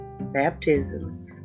baptism